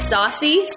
Saucy